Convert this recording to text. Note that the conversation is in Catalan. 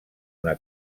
una